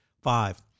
Five